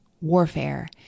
warfare